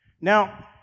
Now